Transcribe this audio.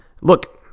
look